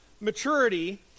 maturity